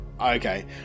okay